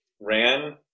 ran